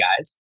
guys